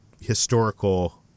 historical